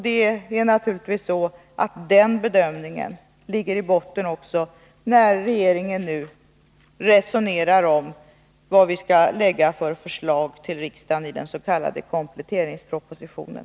Den bedömningen ligger naturligtvis i botten också när regeringen nu resonerar om vad den skall lägga fram för förslag till riksdagen i den s.k. kompletteringspropositionen.